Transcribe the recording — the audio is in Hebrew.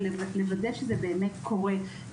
ולוודא שזה באמת קורה.